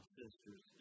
sisters